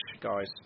guys